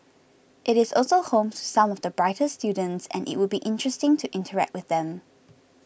it is also home to some of the brightest students and it would be interesting to interact with them